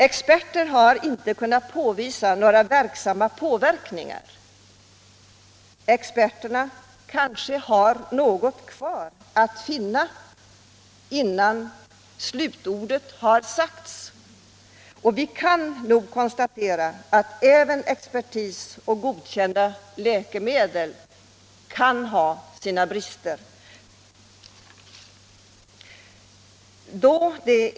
Experterna har inte kunnat finna några verksamma påverkningar, men de har kanske något kvar att finna innan slutordet har sagts. Vi kan nog konstatera att även expertis och godkända läkemedel kan ha sina brister.